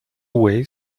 wave